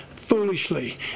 foolishly